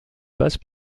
passe